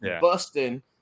busting